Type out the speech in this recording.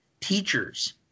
teachers